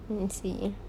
I see